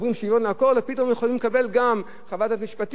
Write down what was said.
פתאום יכולים לקבל גם חוות דעת משפטית ולראות